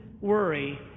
worry